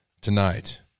tonight